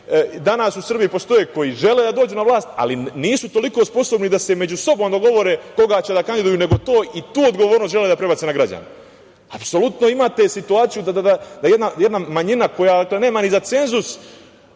danas u Srbiji postoje ljudi koji žele da dođu na vlast, ali nisu tolio sposobni da se međusobno dogovore koga će da kandiduju nego i tu odgovornost žele da prebace na građane. Apsolutno imate situaciju da jedna manjina koja nema ni cenzus